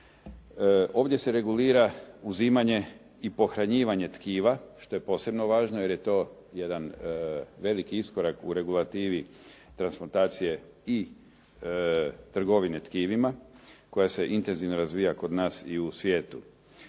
Ovdje se regulira uzimanje i pohranjivanje tkiva što je posebno važno jer je to jedan veliki iskorak u regulativi transplantacije i trgovine tkivima koja se intenzivno razvija kod nas i u svijetu.